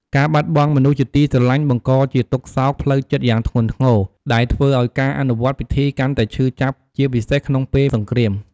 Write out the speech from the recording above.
ការបាត់បង់មនុស្សជាទីស្រឡាញ់ បង្កជាទុក្ខសោកផ្លូវចិត្តយ៉ាងធ្ងន់ធ្ងរ ដែលធ្វើឲ្យការអនុវត្តពិធីកាន់តែឈឺចាប់ ជាពិសេសក្នុងពេលសង្គ្រាម។